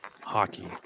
hockey